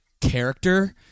character